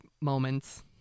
moments